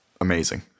amazing